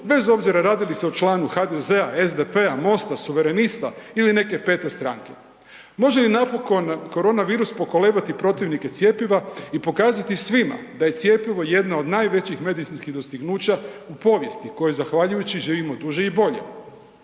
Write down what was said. bez obzira radi li se o članu HDZ-a, SDP-a, MOST-a, suverenista ili neke pete stranke? Može li napokon koronavirus pokolebati protivnike cjepiva i pokazati korona virus pokolebati protivnike cjepiva i pokazati svima da je cjepivo jedno od najvećih medicinskih dostignuća u povijesti kojoj zahvaljujući živimo duže i bolje?